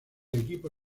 equipo